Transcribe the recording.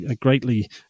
greatly